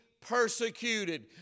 persecuted